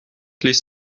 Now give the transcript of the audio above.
ließ